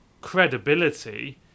credibility